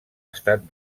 estat